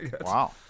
Wow